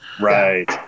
right